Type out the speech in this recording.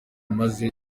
maze